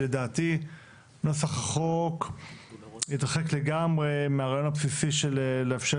שלדעתי נוסח החוק התרחק לגמרי מהרעיון הבסיסי של לאפשר